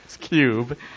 cube